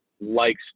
likes